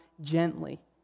gently